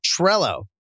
Trello